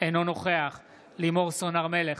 אינו נוכח לימור סון הר מלך,